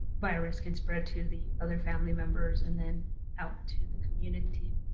virus can spread to the other family members and then out to the community.